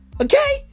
Okay